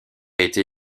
été